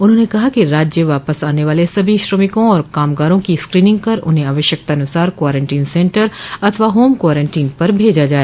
उन्होंने कहा कि राज्य वापस आने वाले सभी श्रमिकों व कामगारों की स्क्रीनिंग कर उन्हें आवश्यकतानुसार क्वारंटीन सेन्टर अथवा होम क्वारंटीन पर भेजा जाए